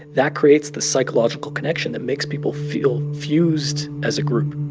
that creates the psychological connection that makes people feel fused as a group